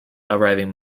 arriving